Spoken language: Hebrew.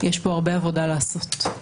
יש הרבה עבודה לעשות.